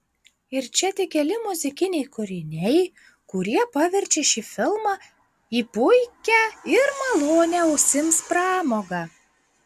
ir čia tik keli muzikiniai kūriniai kurie paverčia šį filmą į puikią ir malonią ausims pramogą